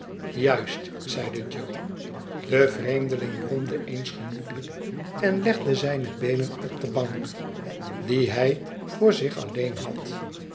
juist zeide jo de vreemdeling bromde eens genoeglijk en legde zijne beenen op de bank die hij voor zich alleen had